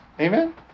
Amen